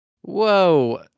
Whoa